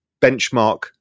benchmark